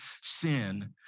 sin